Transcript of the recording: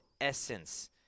essence